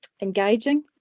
engaging